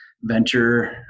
venture